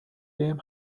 بهم